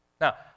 Now